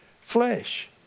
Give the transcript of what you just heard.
flesh